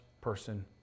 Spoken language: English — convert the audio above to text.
person